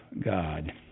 God